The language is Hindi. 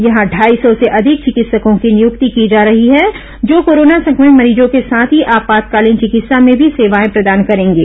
यहां ढाई सौ अधिक चिकित्सकों की नियुक्ति की जा रही है जो कोरोना संक्रमित मरीजों के साथ ही आपातकालीन चिकित्सा में भी सेवाएं प्रदान करेंगे